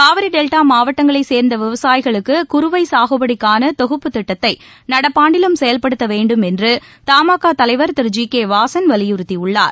Kaveri delta மாவட்டங்களை சேர்ந்த விவசாயிகளுக்கு குறுவை சாகுபடிக்கான தொகுப்புத் திட்டத்தை நடப்பாண்டிலும் செயல்படுத்த வேண்டும் என்று தமாகா தலைவர் திரு ஜி கே வாசன் வலியுறுத்தியுள்ளார்